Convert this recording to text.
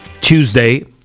Tuesday